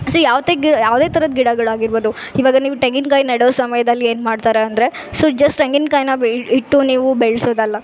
C ಯಾವ್ತೆಗ ಯಾವುದೆ ಥರದ ಗಿಡಗಳಾಗಿರ್ಬೋದು ಇವಾಗ ನೀವು ತೆಂಗಿನ್ಕಾಯ್ ನೆಡೋ ಸಮಯದಲ್ ಏನ್ಮಾಡ್ತಾರೆ ಅಂದರೆ ಸೊ ಜಸ್ಟ್ ತೆಂಗಿನಕಾಯ್ನ ಬೀಳು ಇಟ್ಟು ನೀವು ಬೆಳೆಸೋದಲ್ಲ